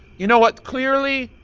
you know what? clearly,